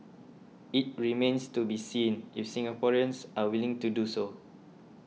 it remains to be seen if Singaporeans are willing to do so